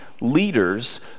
leaders